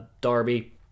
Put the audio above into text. Darby